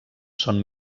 són